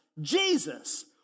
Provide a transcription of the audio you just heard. jesus